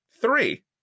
Three